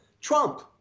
Trump